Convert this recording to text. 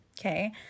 okay